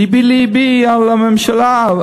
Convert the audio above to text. לבי לבי על הממשלה,